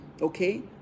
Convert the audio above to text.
okay